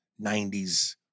90s